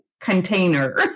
container